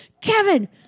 Kevin